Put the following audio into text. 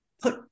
put